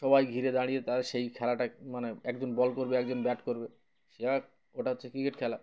সবাই ঘিরে দাঁড়িয়ে তারা সেই খেলাটা মানে একজন বল করবে একজন ব্যাট করবে সে ওটা হচ্ছে ক্রিকেট খেলা